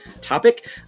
topic